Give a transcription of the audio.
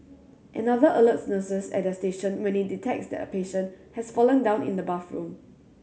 another alerts nurses at their station when it detects that a patient has fallen down in the bathroom